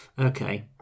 Okay